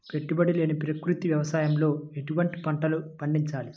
పెట్టుబడి లేని ప్రకృతి వ్యవసాయంలో ఎటువంటి పంటలు పండించాలి?